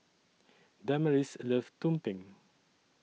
Damaris loves Tumpeng